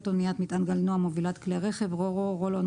אניית מטען גלנוע (מובילת כלי רכב) RO RO,